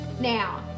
Now